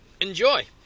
enjoy